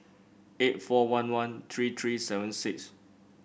eight four one one three three seven six